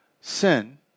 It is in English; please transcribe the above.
sin